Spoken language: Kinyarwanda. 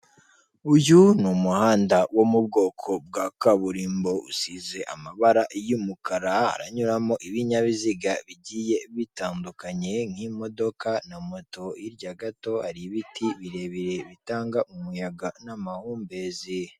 Uyu umuhanda wo mu bwoko bwa kaburimbo usize amabara y'umukara, haranyuramo ibinyabiziga bigiye bitandukanye nk'imodoka na moto. Hirya gato hari ibiti birebire bitanga umuyaga n'amahumbezi.